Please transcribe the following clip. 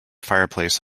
fireplace